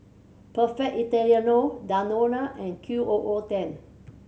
Perfect Italiano Danone and Q O O ten